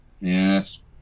Yes